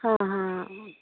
हां हां